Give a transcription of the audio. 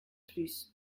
plus